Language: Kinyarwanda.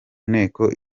nteko